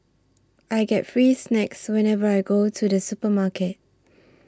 I get free snacks whenever I go to the supermarket